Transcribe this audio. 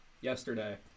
yesterday